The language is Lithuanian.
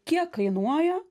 kiek kainuoja